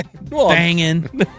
banging